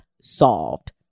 solved